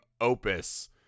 opus